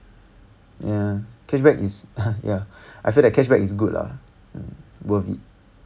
yeah cashback is ya I think cashback is good lah worth it